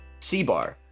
CBAR